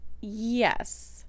Yes